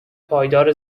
پایدار